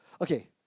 okay